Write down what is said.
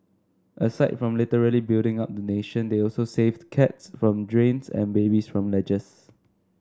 aside from literally building up the nation they also save cats from drains and babies from ledges